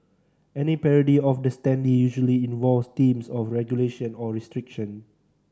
any parody of the standee usually involves themes of regulation or restriction